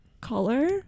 Color